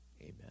Amen